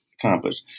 Accomplished